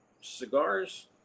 cigars